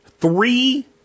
three